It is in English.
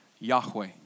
Yahweh